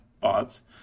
Bots